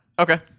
Okay